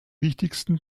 wichtigsten